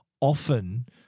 often